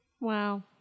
Wow